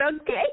Okay